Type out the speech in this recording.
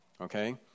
Okay